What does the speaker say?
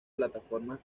plataformas